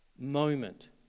moment